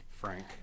Frank